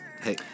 Hey